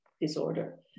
disorder